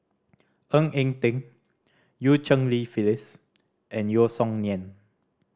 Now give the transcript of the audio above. Ng Eng Teng Eu Cheng Li Phyllis and Yeo Song Nian